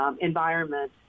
environment